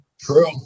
True